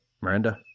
Miranda